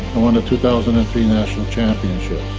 won the two thousand and three national championship.